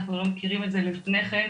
אנחנו לא מכירים את זה לפני כן.